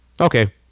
Okay